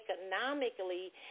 economically